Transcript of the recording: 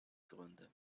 gründe